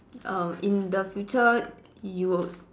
err in the future you would